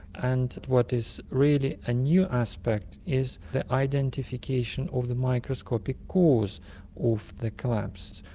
and what is really a new aspect is the identification of the microscopic cause of the collapse.